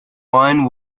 wine